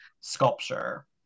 sculpture